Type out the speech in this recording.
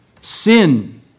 sin